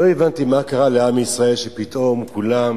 לא הבנתי מה קרה לעם ישראל שפתאום כולם